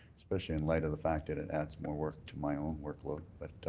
especially in light to the fact it it adds more work to my own workload. but.